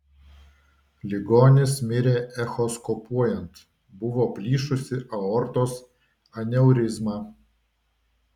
ligonis mirė echoskopuojant buvo plyšusi aortos aneurizma